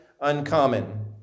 uncommon